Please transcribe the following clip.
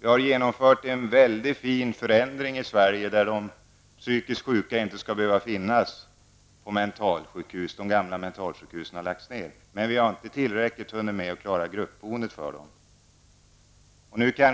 Vi har genomfört en mycket fin förändring i vårt land innebärande att de psykiskt sjuka inte skall behöva finnas på mentalsjukhus och att de gamla mentalsjukhusen har lagts ned. Vi har dock inte hunnit med att ordna gruppboendet för dem i tillräcklig utsträckning.